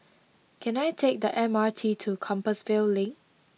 can I take the M R T to Compassvale Link